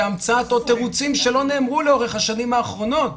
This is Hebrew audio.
זה המצאת תירוצים שנאמרו לאורך השנים האחרונות.